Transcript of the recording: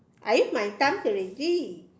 I use my thumbs already